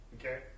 Okay